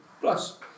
Plus